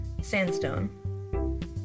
sandstone